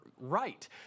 right